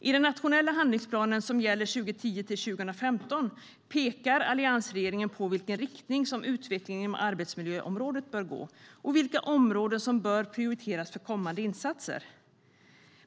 I den nationella handlingsplanen som gäller 2010-2015 pekar alliansregeringen på i vilken riktning utvecklingen inom arbetsmiljöområdet bör gå och vilka områden som bör prioriteras för kommande insatser.